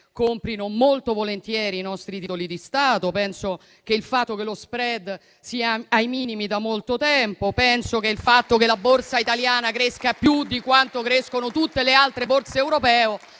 comprino molto volentieri i nostri titoli di Stato, che lo *spread* sia ai minimi da molto tempo e che la Borsa italiana cresca più di quanto crescano tutte le altre borse europee